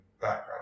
background